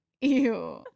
ew